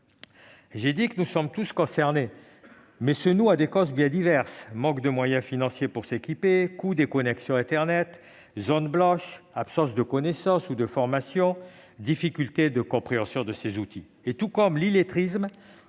J'ai dit que nous étions tous concernés, mais ce « nous » englobe des situations bien diverses : manque de moyens financiers pour s'équiper ; coût des connexions à internet ; zones blanches ; absence de connaissances ou de formation ; difficultés de compréhension de ces outils. Tout comme l'illettrisme,